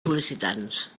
sol·licitants